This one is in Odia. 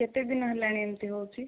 କେତେଦିନ ହେଲାଣି ଏମିତି ହେଉଛି